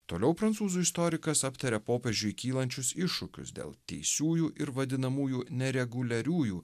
toliau prancūzų istorikas aptaria popiežiui kylančius iššūkius dėl teisiųjų ir vadinamųjų nereguliariųjų